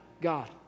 God